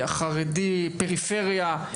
הערבי, החרדי, פריפריה.